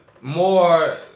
More